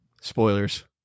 Spoilers